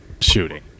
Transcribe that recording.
shooting